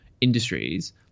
industries